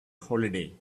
holiday